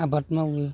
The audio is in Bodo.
आबाद मावो